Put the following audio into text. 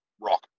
rock